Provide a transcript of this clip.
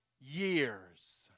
years